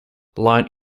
line